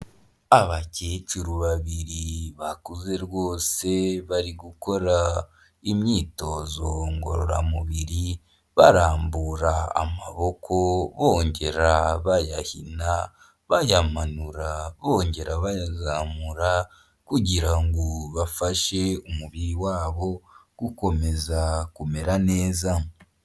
Abakecuru babiri bakuze rwose bari gukora imyitozo ngororamubiri, barambura amaboko bongera bayahina bayamanura bongera bayayizamura kugira ngo bafashe umubiri wabo gukomeza kumera neza.